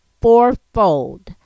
fourfold